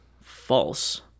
False